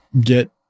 get